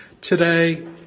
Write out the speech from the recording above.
Today